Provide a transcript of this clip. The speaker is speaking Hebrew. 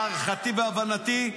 להערכתי ולהבנתי,